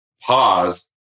pause